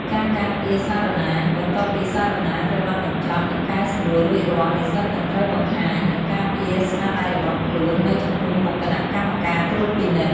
ការការពារសារណា បន្ទាប់ពីសារណាត្រូវបានបញ្ចប់ និងកែសម្រួលរួចរាល់ និស្សិតនឹងត្រូវបង្ហាញ និងការពារស្នាដៃរបស់ខ្លួននៅចំពោះមុខគណៈកម្មការត្រួតពិនិត្យ។